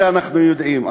את זה אנחנו יודעים,